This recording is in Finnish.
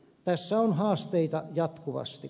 tässä on haasteita jatkuvasti